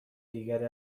دیگری